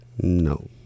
no